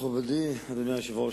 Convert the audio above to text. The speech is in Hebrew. מכובדי אדוני היושב-ראש,